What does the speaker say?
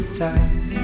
time